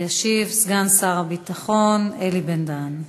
ישיב סגן שר הביטחון אלי בן-דהן.